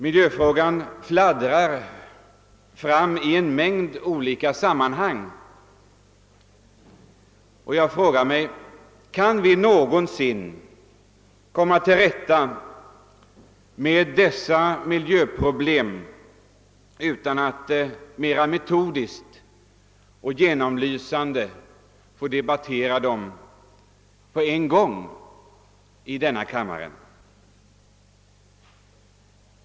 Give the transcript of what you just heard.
Miljöfrågan fladdrar fram i en mängd olika sammanhang. Kan vi någonsin komma till rätta med dessa miljöproblem utan att mera metodiskt och genomlysande få debattera dem på en gång i denna kammare?